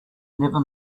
never